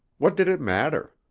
what did it matter?